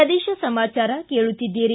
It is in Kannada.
ಪ್ರದೇಶ ಸಮಾಚಾರ ಕೇಳುತ್ತೀದ್ದಿರಿ